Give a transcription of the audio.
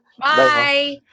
Bye